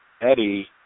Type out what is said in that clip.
Eddie